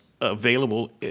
available